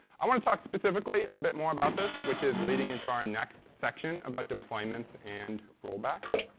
i want to talk specifically a bit more about this, which is leading into our next section about deployments and rollbacks.